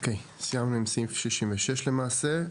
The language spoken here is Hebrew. סיימנו עם סעיף 66 למעשה,